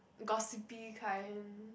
gossipy kind